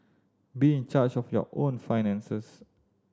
be in charge of your own finances